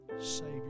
savior